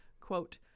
Quote